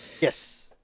Yes